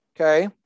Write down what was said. okay